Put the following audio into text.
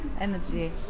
energy